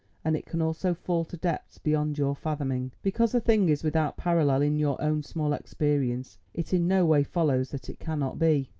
and it can also fall to depths beyond your fathoming. because a thing is without parallel in your own small experience it in no way follows that it cannot be.